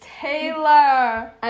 Taylor